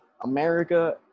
America